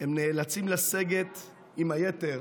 הם נאלצים לסגת עם היתר